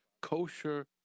Kosher